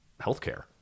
healthcare